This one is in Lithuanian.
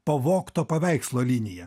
pavogto paveikslo linija